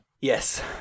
Yes